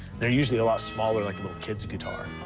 they're usually a lot smaller, like a little kid's guitar.